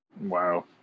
Wow